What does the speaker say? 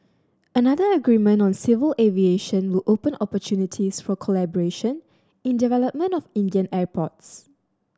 another agreement on civil aviation will open opportunities for collaboration in development of Indian airports